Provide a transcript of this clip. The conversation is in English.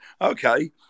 okay